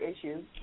issues